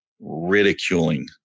ridiculing